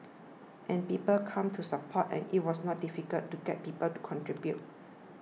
and people came to support and it was not difficult to get people to contribute